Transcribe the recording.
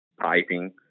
piping